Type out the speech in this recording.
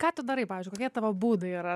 ką tu darai pavyzdžiui kokie tavo būdai yra